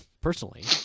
personally